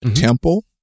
temple